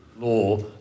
Law